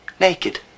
Naked